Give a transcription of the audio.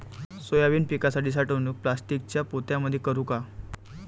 Soybean पिकाची साठवणूक प्लास्टिकच्या पोत्यामंदी करू का?